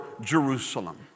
Jerusalem